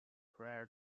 prior